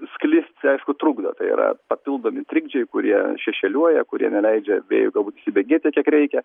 sklisti aišku trukdo tai yra papildomi trikdžiai kurie šešėliuoja kurie neleidžia vėjui galbūt įsibėgėti kiek reikia